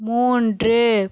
மூன்று